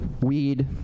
weed